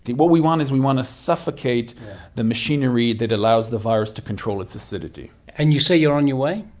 what we want is we want to suffocate the machinery that allows the virus to control its acidity. and you say you are on your way?